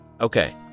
okay